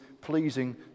pleasing